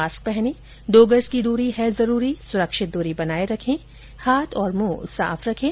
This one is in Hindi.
मास्क पहनें दो गज की दूरी है जरूरी सुरक्षित दूरी बनाए रखें हाथ और मुंह साफ रखें